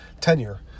tenure